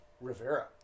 Rivera